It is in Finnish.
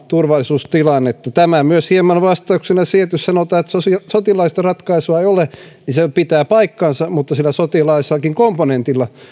turvallisuustilannetta tämä myös hieman vastauksena siihen että jos sanotaan että sotilaallista ratkaisua ei ole niin se pitää paikkansa mutta sillä sotilaallisellakin komponentilla